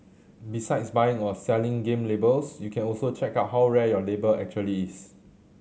besides buying or selling game labels you can also check out how rare your label actually is